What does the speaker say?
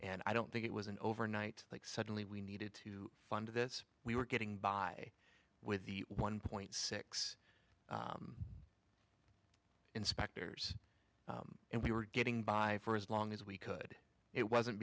and i don't think it was an overnight like suddenly we needed to fund this we were getting by with the one point six inspectors and we were getting by for as long as we could it wasn't